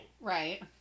Right